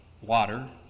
water